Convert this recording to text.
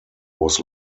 was